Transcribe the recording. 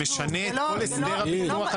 לא, זה משנה את כל הסדר הביטוח עצמו.